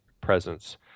presence